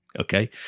Okay